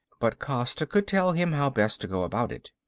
but costa could tell him how best to go about it.